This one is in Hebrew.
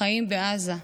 חיים בעזה.